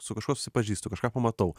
su kažkuo susipažįstu kažką pamatau